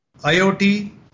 IoT